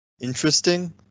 interesting